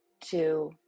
two